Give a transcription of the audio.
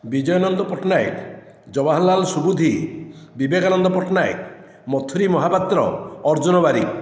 Bijay Nanda Pattnaik Jawaharlal Subuddhi Vivekananda Pattnaik Mathuri Mahapatra Arjun Barik